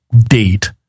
date